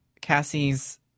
Cassie's